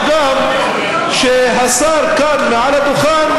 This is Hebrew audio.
מה גם שהשר כאן, מעל הדוכן,